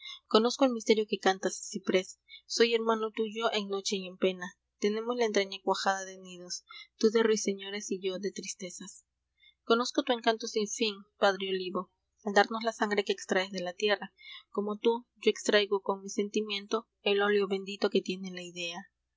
conozco el misterio que cantas ciprés soy hermano tuyo en noche y en pena tenemos la entraña cuajada de nidos tú de ruiseñores y yo de tristezas conozco tu encanto sin fin padre olivo al darnos la sangre que extraes de la tierra como tú yo extraigo con mi sentimiento eo bendito üue tiene la idea